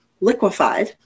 liquefied